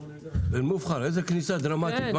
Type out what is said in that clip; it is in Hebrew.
בן מובחר, איזו כניסה דרמטית.